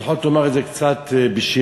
לפחות תאמר את זה קצת בשירה,